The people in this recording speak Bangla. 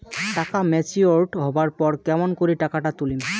টাকা ম্যাচিওরড হবার পর কেমন করি টাকাটা তুলিম?